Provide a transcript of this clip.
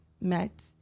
met